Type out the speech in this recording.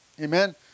Amen